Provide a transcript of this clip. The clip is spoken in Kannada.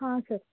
ಹಾಂ ಸರ್